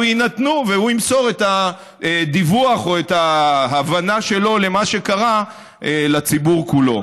יינתנו והוא ימסור את הדיווח או את ההבנה שלו למה שקרה לציבור כולו.